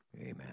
Amen